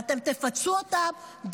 ואתם תפצו אותם,